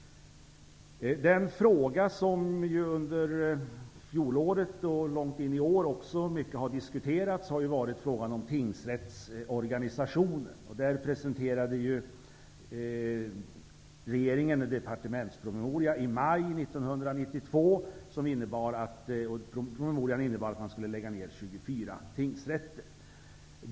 Den fråga som under fjolåret och även i år har diskuterats mycket är frågan om tingsrättsorganisationen. Regeringen presenterade i maj 1992 en departementspromemoria som innebar att man skulle lägga ned 24 tingsrätter.